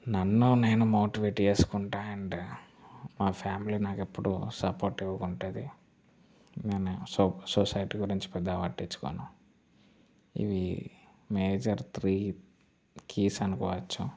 నన్ను నేను మోటివేట్ చేసుకుంటా అండ్ మా ఫ్యామిలీ నాకు ఎప్పుడు సపోర్టీవ్గా ఉంటుంది నేను సో సొసైటీ గురించి పెద్దగా పట్టించుకోను ఇవి మేజర్ త్రీ కీస్ అనుకోవచ్చు